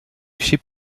afficher